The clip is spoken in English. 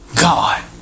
God